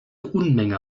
unmenge